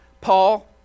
Paul